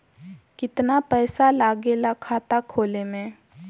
कितना पैसा लागेला खाता खोले में?